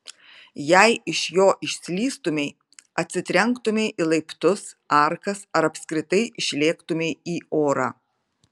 jei iš jo išslystumei atsitrenktumei į laiptus arkas ar apskritai išlėktumei į orą